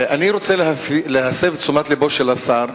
אני רוצה להסב את תשומת לבו של השר,